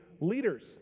leaders